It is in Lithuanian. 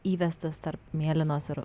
įvestas tarp mėlynos ir